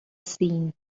seen